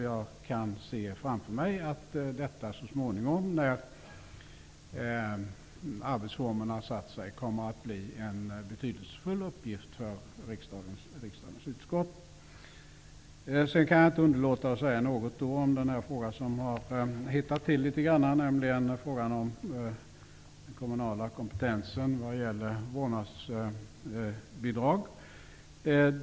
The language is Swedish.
Jag kan se framför mig att detta så småningom, när arbetsformerna har satt sig, kommer att bli en betydelsefull uppgift för riksdagens utskott. Sedan kan jag inte underlåta att säga något om den fråga som har hettat till litet grand, nämligen frågan om den kommunala kompetensen vad gäller vårdnadsbidrag.